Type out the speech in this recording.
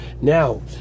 Now